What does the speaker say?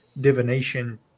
divination